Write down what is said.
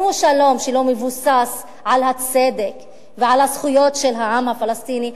אם הוא שלום שלא מבוסס על הצדק ועל הזכויות של העם הפלסטיני,